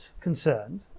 concerned